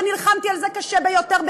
ונלחמתי על זה קשה ביותר,